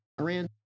Iran